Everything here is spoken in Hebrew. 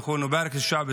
ואני פונה לממשלת